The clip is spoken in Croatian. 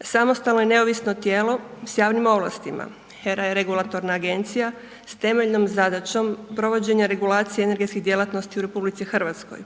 samostalno i neovisno tijelo s javnim ovlastima, HERA je regulatorna agencija s temeljenom zadaćom provođenje regulacija energetske djelatnosti u RH, u skladu